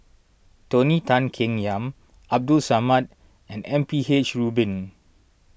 Tony Tan Keng Yam Abdul Samad and M P H Rubin